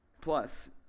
Plus